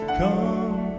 come